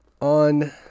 On